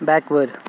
backward